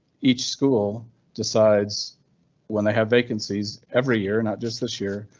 each school decides when they have vacancies every year. not just this year.